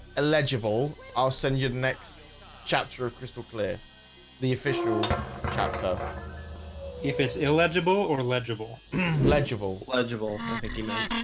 illegible, i'll send you the next chapter of crystal clear the official chapter if it's illegible or illegible legible legible, i think he meant.